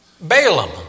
Balaam